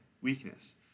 weakness